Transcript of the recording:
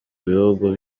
bihugu